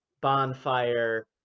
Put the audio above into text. bonfire